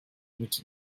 mit